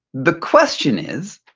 the question is,